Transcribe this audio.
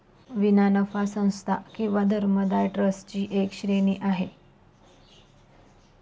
विना नफा संस्था किंवा धर्मदाय ट्रस्ट ची एक श्रेणी आहे